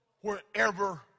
wherever